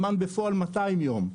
זמן בפועל 200 יום.